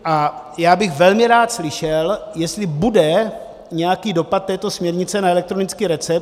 A já bych velmi rád slyšel, jestli bude nějaký dopad této směrnice na elektronický recept.